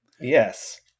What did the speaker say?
yes